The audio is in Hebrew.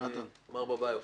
מר בביוף,